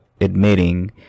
admitting